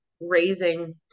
raising